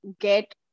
get